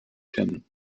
kennen